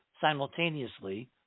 simultaneously